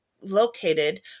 located